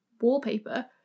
wallpaper